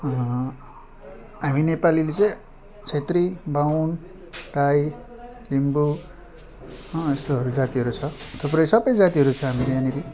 हामी नेपालीले चाहिँ छेत्री बाहुन राई लिम्बू यस्तोहरू जातिहरू छ थुप्रै सबै जातिहरू छ हामी यहाँनेरि